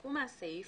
שנמחקו מהסעיף